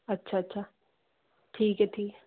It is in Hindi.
अच्छा अच्छा ठीक है ठीक है